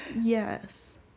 yes